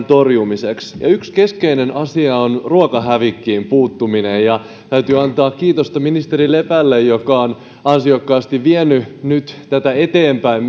torjumiseksi yksi keskeinen asia on ruokahävikkiin puuttuminen ja täytyy antaa kiitosta ministeri lepälle joka on ansiokkaasti vienyt nyt tätä eteenpäin